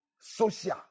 Social